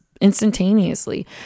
instantaneously